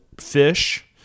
fish